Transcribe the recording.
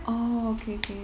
orh okay okay